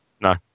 No